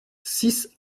six